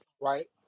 right